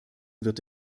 wird